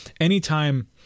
anytime